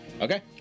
Okay